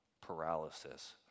paralysis